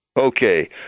Okay